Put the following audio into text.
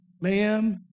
ma'am